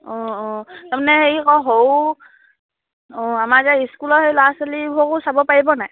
অঁ অঁ তাৰমানে হেৰি আকৌ সৰু অঁ আমাৰ যে স্কুলৰ সেই ল'ৰা ছোৱালীবোৰকো চাব পাৰিব নাই